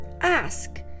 Ask